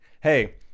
hey